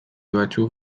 batzuk